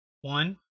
One